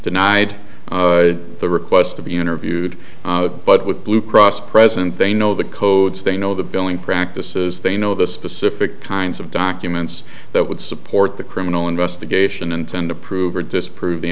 denied the request to be interviewed but with blue cross present they know the code stay know the billing practices they know the specific kinds of documents that would support the criminal investigation intend to prove or disprove the